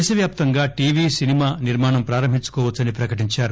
దేశవ్యాప్తంగా TV cinema నిర్మాణం ప్రారంభించుకోవచ్చని ప్రకటించారు